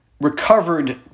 recovered